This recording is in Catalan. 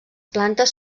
plantes